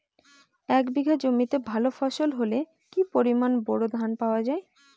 এক বিঘা জমিতে ভালো ফলন হলে কি পরিমাণ বোরো ধান পাওয়া যায়?